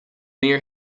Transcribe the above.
near